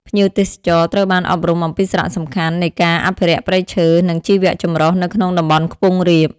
ភ្ញៀវទេសចរត្រូវបានអប់រំអំពីសារៈសំខាន់នៃការ អភិរក្សព្រៃឈើ និងជីវចម្រុះនៅក្នុងតំបន់ខ្ពង់រាប។